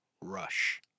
rush